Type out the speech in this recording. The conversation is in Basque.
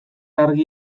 argi